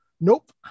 nope